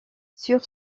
sur